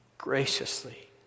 graciously